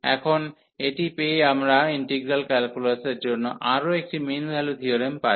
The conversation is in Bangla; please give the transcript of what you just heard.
এখন এটি পেয়ে আমরা ইন্টিগ্রাল ক্যালকুলাসের জন্য আরও একটি মিন ভ্যালু থিওরেম পাই